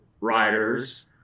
riders